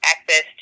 access